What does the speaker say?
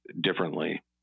differently